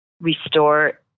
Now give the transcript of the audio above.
restore